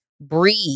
breathe